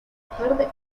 tarde